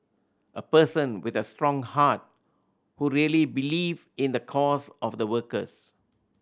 a person with a strong heart who really believe in the cause of the workers